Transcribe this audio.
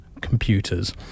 computers